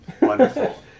wonderful